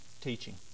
teaching